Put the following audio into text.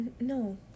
no